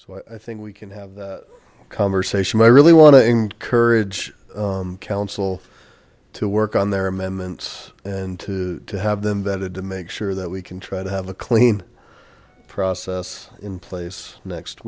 so i think we can have a conversation i really want to encourage council to work on their amendments and to have them vetted to make sure that we can try to have a clean process in place next